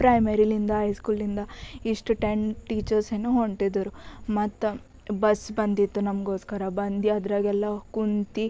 ಪ್ರೈಮೆರಿಲಿಂದ ಐಸ್ಕೂಲಿಂದ ಇಷ್ಟು ಟೆನ್ ಟೀಚರ್ಸೇನೋ ಹೊಂಟಿದ್ದರು ಮತ್ತು ಬಸ್ ಬಂದಿತ್ತು ನಮಗೋಸ್ಕರ ಬಂದು ಅದರಾಗೆಲ್ಲ ಕುಂತು